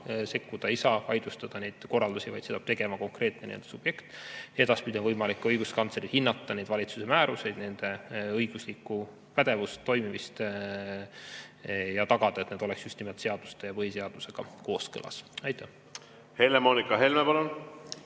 sekkuda, ei saa vaidlustada neid korraldusi, vaid seda peab tegema konkreetne subjekt. Edaspidi on võimalik ka õiguskantsleril hinnata valitsuse määrusi, nende õiguslikku pädevust ja toimimist ning tagada, et need oleks just nimelt seaduste ja põhiseadusega kooskõlas. Aitäh, hea küsija! Nii nagu